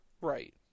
Right